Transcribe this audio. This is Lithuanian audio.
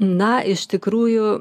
na iš tikrųjų